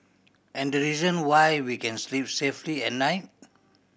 and the reason why we can sleep safely at night